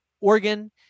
Oregon